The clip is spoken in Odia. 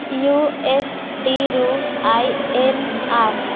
ୟୁଏସ୍ଡ଼ିରୁ ଆଇ ଏନ୍ ଆର୍